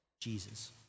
Jesus